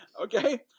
Okay